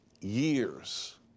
years